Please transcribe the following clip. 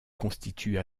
constituent